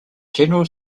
general